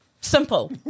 Simple